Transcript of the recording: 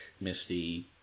Misty